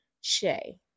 Shay